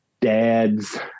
dad's